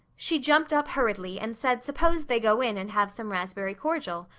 she jumped up hurriedly and said suppose they go in and have some raspberry cordial.